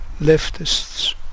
leftists